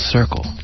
Circle